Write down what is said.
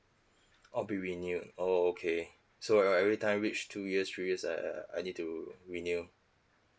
or be renewed oh okay so everytime reach two years period I I need to renew